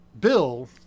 Bill